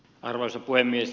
arvoisa puhemies